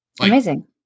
Amazing